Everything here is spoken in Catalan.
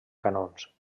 canons